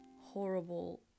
horrible